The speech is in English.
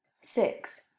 six